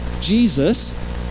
Jesus